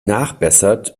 nachbessert